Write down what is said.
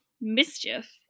mischief